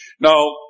Now